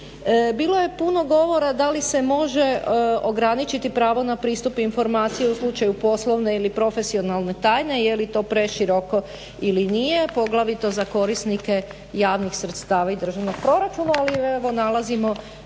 Bilo je puno govora da li se može ograničiti pravo na pristup informaciji u slučaju poslovne ili profesionalne tajne, je li to preširoko ili nije, poglavito za korisnike javnih sredstava i državnog proračuna. Ali evo nalazimo